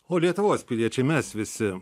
o lietuvos piliečiai mes visi